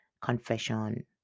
confession